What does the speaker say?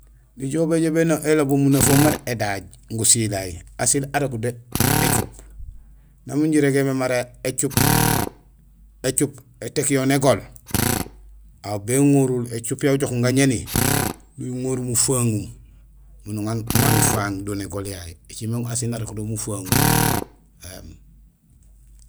Nijool béjoow bélobul mara munahum mara édaaj gusilay; asiil arok do écuup. Nang min jirégémé mara écuup; écuup éték yo négol; aw béŋorul écuup yayu ujook gañéni, nuŋorul mufáŋum miin uŋa; uŋa nufaaŋ do négol yayu; écimé asiil narok do mufaŋum.